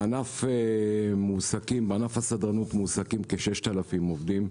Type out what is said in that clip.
בענף הסדרנות מועסקים כ-6,000 עובדים.